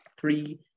Three